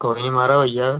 कोई निं माराज होई जाह्ग